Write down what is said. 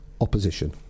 opposition